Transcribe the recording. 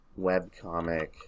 webcomic